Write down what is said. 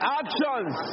actions